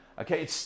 Okay